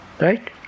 Right